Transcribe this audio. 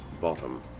bottom